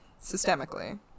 systemically